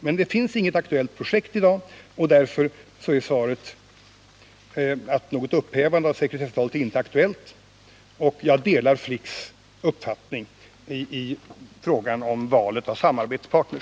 Men det finns i dag inget aktuellt projekt, och bete med Italien därför blir mitt svar att något upphävande av sekretessavtalet inte är aktuellt i fråga om B3LA och att jag delar FLIK:s uppfattning i frågan om valet av samarbetspartner.